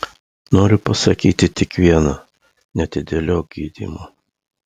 noriu pasakyti tik viena neatidėliok gydymo